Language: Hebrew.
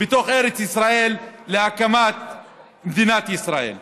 בתוך ארץ ישראל, להקמת מדינת ישראל.